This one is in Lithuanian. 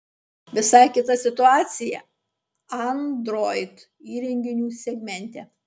visai kita situacija android įrenginių segmente